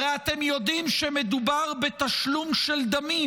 הרי אתם יודעים שמדובר בתשלום של דמים,